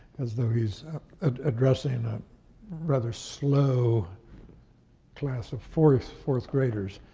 as though he's addressing a rather slow class of fourth fourth graders.